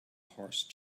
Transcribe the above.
horse